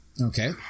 Okay